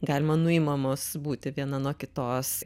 galima nuimamos būti viena nuo kitos